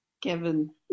Kevin